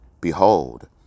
Behold